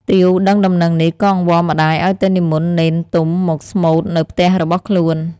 ទាវដឹងដំណឹងនេះក៏អង្វរម្តាយឲ្យទៅនិមន្តនេនទុំមកស្មូត្រនៅផ្ទះរបស់ខ្លួន។